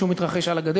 לליכוד.